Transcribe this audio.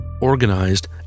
organized